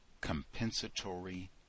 Compensatory